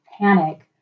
panic